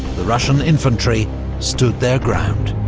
the russian infantry stood their ground.